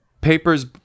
Papers